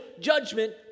judgment